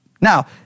Now